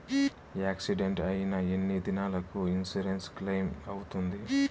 Accident అయిన ఎన్ని దినాలకు ఇన్సూరెన్సు క్లెయిమ్ అవుతుంది?